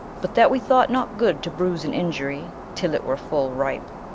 but that wee thought not good to bruise an iniurie, till it were full ripe.